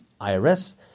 IRS